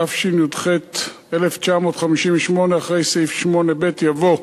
התשי"ח 1958: אחרי סעיף 8ב יבוא,